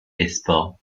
export